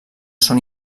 són